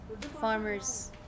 farmers